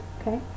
okay